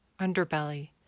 underbelly